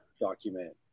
document